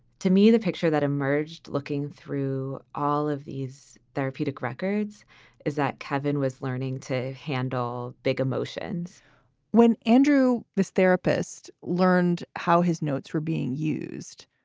to me, the picture that emerged looking through all of these therapeutic records is that kevin was learning to handle big emotions when andrew, this therapist, learned how his notes were being used,